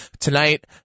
Tonight